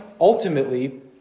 ultimately